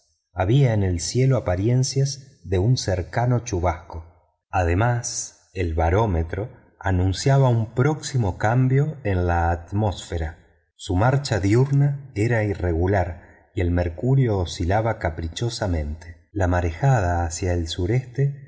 había en el cielo apariencias de un cercano chubasco además el barómetro anunciaba un próximo cambio en la atmósfera su marcha diuma era irregular y el mercurio oscilaba caprichosamente la marejada hacia el sureste